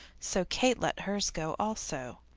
so kate let hers go also.